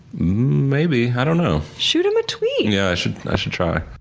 maybe. i don't know. shoot him a tweet. yeah, i should i should try.